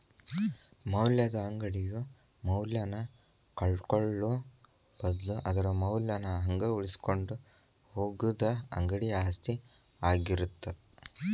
ಮೌಲ್ಯದ ಅಂಗಡಿಯು ಮೌಲ್ಯನ ಕಳ್ಕೊಳ್ಳೋ ಬದ್ಲು ಅದರ ಮೌಲ್ಯನ ಹಂಗ ಉಳಿಸಿಕೊಂಡ ಹೋಗುದ ಅಂಗಡಿ ಆಸ್ತಿ ಆಗಿರತ್ತ